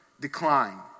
decline